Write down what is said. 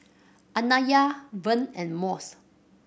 Anaya Vern and Mose